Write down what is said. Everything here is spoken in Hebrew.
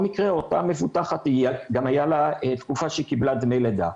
מקרה אותה מבוטחת גם הייתה לה תקופה שהיא קיבלה דמי לידה,